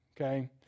okay